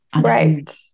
Right